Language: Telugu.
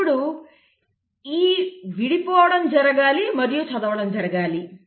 ఇప్పుడు ఈ విడిపోవడం జరగాలి మరియు చదవడం జరగాలి